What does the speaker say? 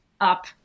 up